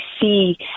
see